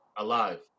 Alive